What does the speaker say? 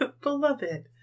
Beloved